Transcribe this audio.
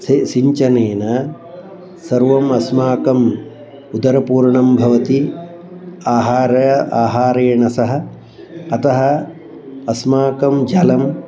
C सिञ्चनेन सर्वम् अस्माकम् उदरपूर्णं भवति आहारः आहारेण सह अतः अस्माकं जलम्